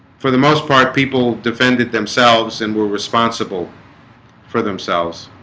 for the most part people defended themselves and were responsible for themselves